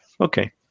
okay